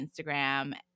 Instagram